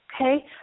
Okay